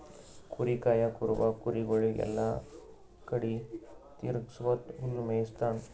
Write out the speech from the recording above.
ಕುರಿ ಕಾಯಾ ಕುರುಬ ಕುರಿಗೊಳಿಗ್ ಎಲ್ಲಾ ಕಡಿ ತಿರಗ್ಸ್ಕೊತ್ ಹುಲ್ಲ್ ಮೇಯಿಸ್ತಾನ್